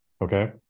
okay